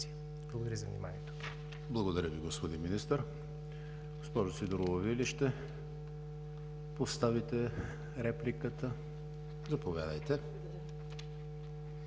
Благодаря Ви, господин Министър. Госпожо Сидерова, Вие ли ще поставите репликата? Заповядайте.